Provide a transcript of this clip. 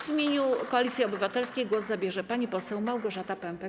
W imieniu Koalicji Obywatelskiej głos zabierze pani poseł Małgorzata Pępek.